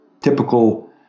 typical